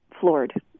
floored